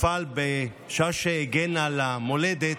שנפל בשעה שהגן על המולדת,